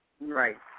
Right